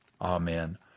Amen